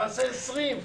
תקבע מועצה של 20 חברים,